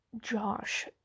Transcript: josh